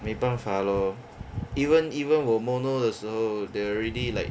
没办法 lor even even 我 mono 的时候 they already like